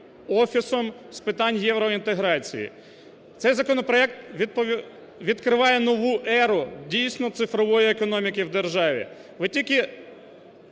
Офісом з питань євроінтеграції, цей законопроект відкриває нову еру дійсно цифрової економіки в державі. Ви тільки